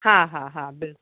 हा हा हा बिल्कुलु